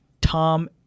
Tom